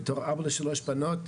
בתור אבא לשלוש בנות,